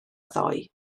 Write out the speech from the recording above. ddoe